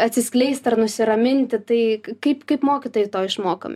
atsiskleist ar nusiraminti tai k kaip kaip mokytojai to išmokomi